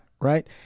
right